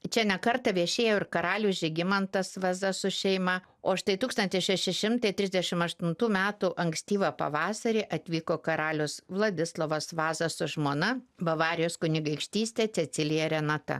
čia ne kartą viešėjo ir karalius žygimantas vaza su šeima o štai tūkstantis šešišimtai trisdešimt aštuntų metų ankstyvą pavasarį atvyko karalius vladislovas vaza su žmona bavarijos kunigaikštystė cecilija renata